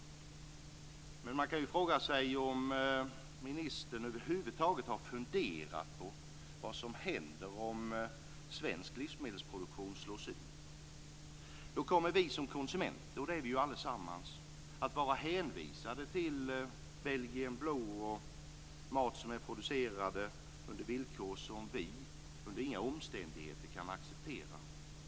Men man kan ju fråga sig om ministern över huvud taget har funderat på vad som händer om svensk livsmedelsproduktion slås ut. Då kommer vi som konsumenter - och det är vi ju allesammans - att vara hänvisade till Belgian Blue och mat som är producerad under villkor som vi under inga omständigheter kan acceptera.